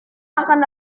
akan